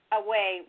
away